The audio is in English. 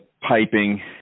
piping